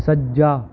ਸੱਜਾ